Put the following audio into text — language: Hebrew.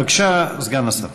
בבקשה, סגן השר.